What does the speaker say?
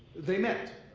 they met.